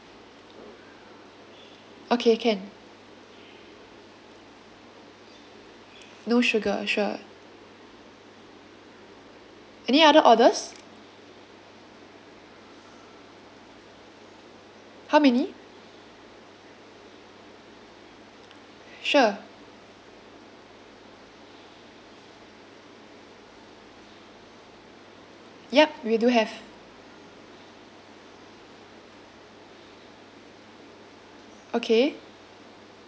okay can no sugar sure any other orders how many sure yup we do have okay